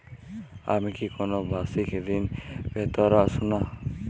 আমি কি কোন বাষিক ঋন পেতরাশুনা?